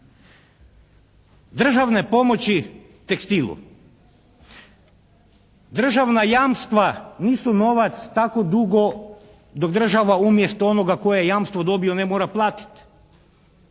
Državne pomoći tekstilu, državna jamstva nisu novac tako dugo dok država umjesto onoga tko je jamstvo dobio ne mora platiti.